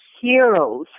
heroes